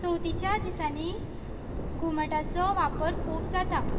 चवथीच्या दिसांनी घुमटाचो वापर खूब जाता